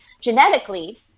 Genetically